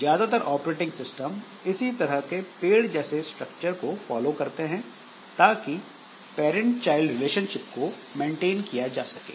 ज्यादातर operating system इसी तरह के पेड़ जैसे स्ट्रक्चर को फॉलो करते हैं ताकि पैरंट चाइल्ड रिलेशनशिप को मेंटेन किया जा सके